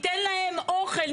ניתן להם אוכל,